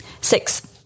Six